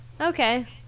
Okay